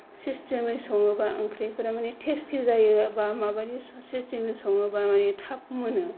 system यै सङोबा ओंख्रिफोरा माने टेस्ति जायो बा माबायदि सिस्तेम नि सङोबा माने थाब मोनो